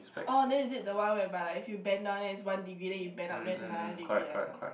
orh then is it the one whereby like if you bend down then it's one degree then you bend up it's another degree that one